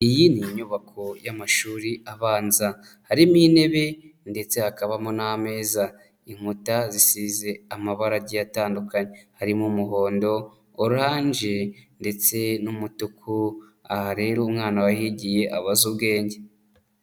Iyi ni inyubako y'amashuri abanza harimo intebe ndetse hakabamo n'ameza, inkuta zisize amabara agiye atandukanye harimo umuhondo, oranje ndetse n'umutuku. Aha rero umwana wahigiye aba azi ubwenge.